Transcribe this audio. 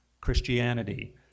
Christianity